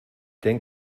ten